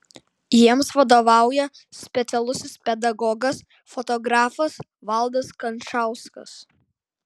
jiems vadovauja specialusis pedagogas fotografas valdas kančauskas